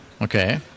Okay